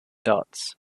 dots